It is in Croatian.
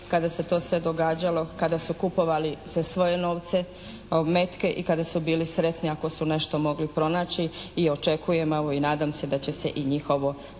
kada se to sve događalo, kada su kupovali za svoje novce metke i kada su bili sretni ako su nešto mogli pronaći i očekujem, evo i nadam se da će se i njihovo